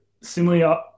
similarly